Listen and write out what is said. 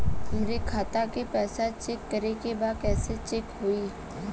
हमरे खाता के पैसा चेक करें बा कैसे चेक होई?